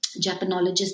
Japanologist